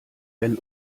wenn